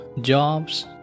jobs